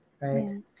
Right